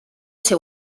ser